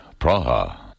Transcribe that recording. Praha